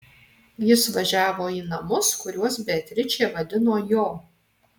jis važiavo į namus kuriuos beatričė vadino jo